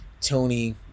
Tony